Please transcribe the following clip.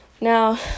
Now